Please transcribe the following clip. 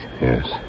Yes